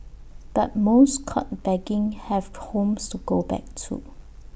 but most caught begging have homes to go back to